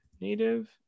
native